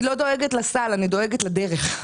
אני לא דואגת לסל, אני דואגת לדרך.